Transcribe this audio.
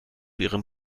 ihren